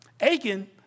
Aiken